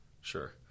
Sure